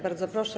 Bardzo proszę.